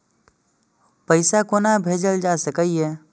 पैसा कोना भैजल जाय सके ये